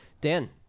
Dan